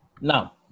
Now